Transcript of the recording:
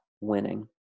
winning